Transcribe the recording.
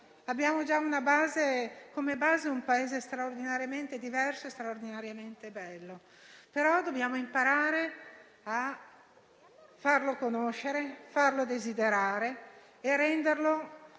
abbiamo già come base un Paese straordinariamente diverso e bello, ma dobbiamo imparare a farlo conoscere, farlo desiderare e renderlo